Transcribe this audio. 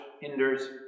hinders